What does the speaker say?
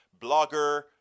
blogger